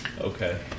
okay